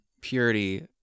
purity